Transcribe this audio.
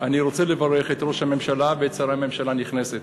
אני רוצה לברך את ראש הממשלה ואת שרי הממשלה הנכנסת,